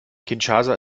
kinshasa